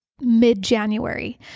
mid-January